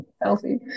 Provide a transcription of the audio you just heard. healthy